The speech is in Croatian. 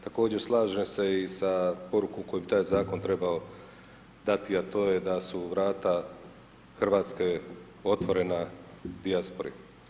Također slažem se i sa porukom koju bi taj zakon trebao dati, a to je da su vrata Hrvatske otvorena dijaspori.